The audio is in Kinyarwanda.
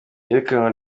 iyirukanwa